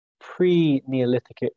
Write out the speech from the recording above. pre-Neolithic